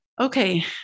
Okay